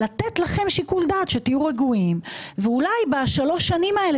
לתת לכם שיקול דעת שתהיו רגועים ואולי בשלוש השנים האלה